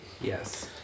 Yes